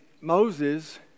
Moses